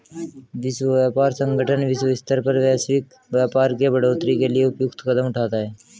विश्व व्यापार संगठन विश्व स्तर पर वैश्विक व्यापार के बढ़ोतरी के लिए उपयुक्त कदम उठाता है